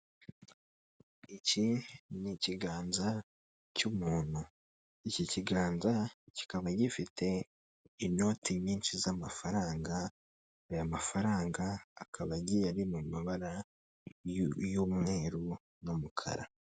Iki ni ikiganza cy'umuntu, iki kiganza kikaba gifite inoti nyinshi z'amafaranga, aya mafaranga akabagiye mu mabara y'umweru n'umukara.